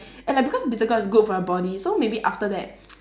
and like because bitter gourd is good for your body so maybe after that